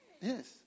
Yes